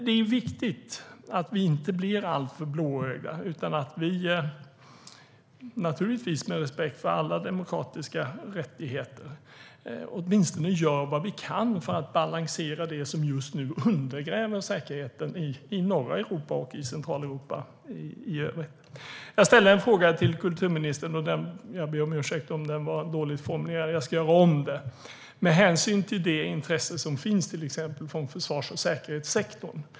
Det är alltså viktigt att vi inte blir alltför blåögda utan att vi, naturligtvis med respekt för alla demokratiska rättigheter, åtminstone gör vad vi kan för att balansera det som just nu undergräver säkerheten i norra och centrala Europa. Jag ställde en fråga till kulturministern. Jag ber om ursäkt om den var dåligt formulerad. Jag ska göra om det. Det finns ett intresse från exempelvis försvars och säkerhetssektorn.